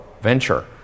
venture